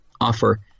offer